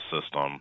System